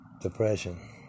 depression